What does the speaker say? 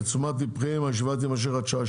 לתשומת ליבכם הישיבה תימשך עד השעה